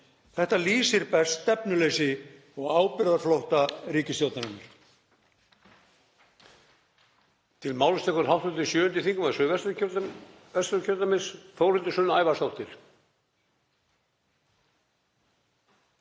Þetta lýsir best stefnuleysi og ábyrgðarflótta ríkisstjórnarinnar.